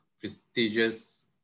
prestigious